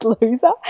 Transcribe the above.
loser